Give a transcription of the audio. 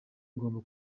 ngomba